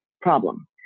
problem